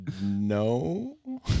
no